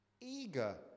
eager